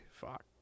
Fuck